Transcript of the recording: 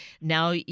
now